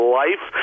life